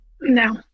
No